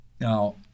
Now